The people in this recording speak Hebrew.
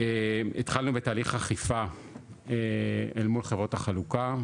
התחלנו בתהליך אכיפה אל מול חברות החלוקה,